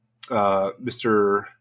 Mr